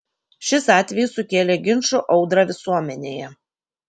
šis atvejis sukėlė ginčų audrą visuomenėje